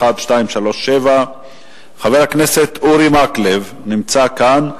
שאילתא מס' 1237. חבר הכנסת אורי מקלב נמצא כאן,